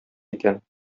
икән